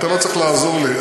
אתה לא צריך לעזור לי,